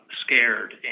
scared